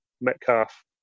Metcalf